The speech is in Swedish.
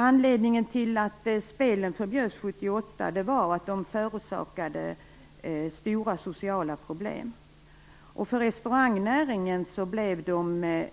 Anledningen till att spelen förbjöds 1978 var att de förorsakade stora sociala problem. För restaurangnäringen fick de enarmade